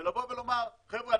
לומר: חבר'ה,